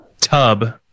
tub